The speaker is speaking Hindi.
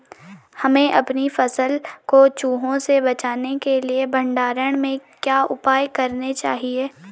हमें अपनी फसल को चूहों से बचाने के लिए भंडारण में क्या उपाय करने चाहिए?